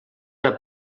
una